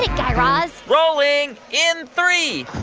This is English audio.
ah guy raz rolling in three,